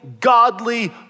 godly